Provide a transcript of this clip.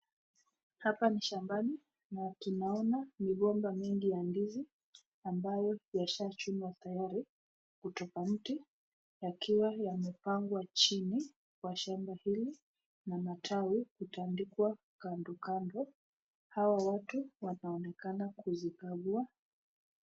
Hapa ni shambani na tuunaona migomba mingi ya ndizi ambayo yashachunwa tayari kutoka mti yakiwa yamepangwa chini kwa shamba hili na matawi kutandikwa kando kando, hawa watu wanaonekana kuzikagua.